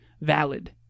valid